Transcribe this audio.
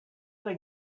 they